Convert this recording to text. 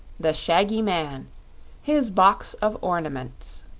the shaggy man his box of ornaments